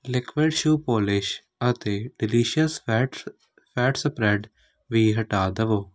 liquid shoe polish ਅਤੇ delicious ਐਟ ਐਟ ਸਪਰੈੱਡ ਵੀ ਹਟਾ ਦਵੋ